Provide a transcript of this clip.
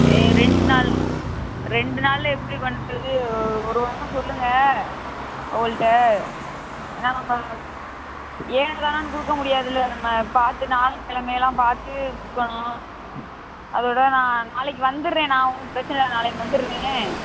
ரெண்டு நாள் ரெண்டு நாளில் எப்படி பண்ணுறது ஒரு ஒரு வாரம் சொல்லுங்கள் அவோள்ட்ட என்னமா ஏனோ தானோன்னு கொடுக்க முடியாதுல்ல நம்ம பார்த்து நாளுங்கெழமையெல்லாம் பார்த்து கொடுக்கணும் அதோடு நான் நாளைக்கு வந்துடுறேன் நான் ஒன்றும் பிரச்சனை இல்லை நாளைக்கு வந்துடுறேன்